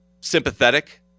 sympathetic